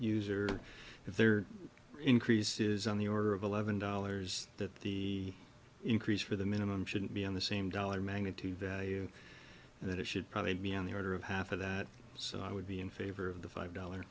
if their increase is on the order of eleven dollars that the increase for the minimum shouldn't be on the same dollar magnitude value and that it should probably be on the order of half of that so i would be in favor of the five dollar